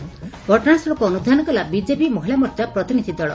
ଘଟଣାସ୍କୁଳକୁ ଅନୁଧ୍ଧାନ କଲା ବିଜେପି ମହିଳା ମୋର୍ଚ୍ଚା ପ୍ରତିନିଧି ଦଳ